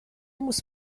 muss